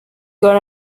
got